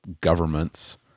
governments